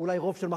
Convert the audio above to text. אולי רוב של מחר,